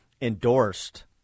endorsed